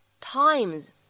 times